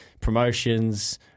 promotions